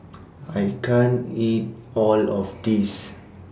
I can't eat All of This